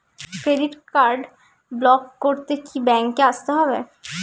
Credit card block করতে কি ব্যাংকে আসতে হবে?